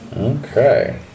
Okay